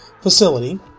facility